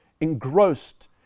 engrossed